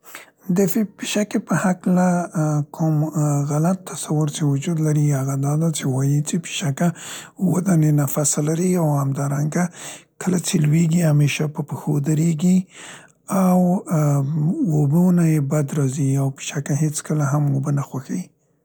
د ف - پیشکې په هکله ا کوم غلط تصور چې وجود لري هغه دا ده چې وايي څې پیشکه اوه دانې نفسه لري او همدارنګه کله څې لویګي، همیشه په پښو درېګي او امم اوبو نه یې بد راځي او پیشکه هیڅ کله هم اوبه نه خوښویي.